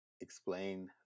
explain